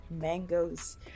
mangoes